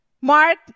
Mark